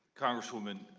congresswoman,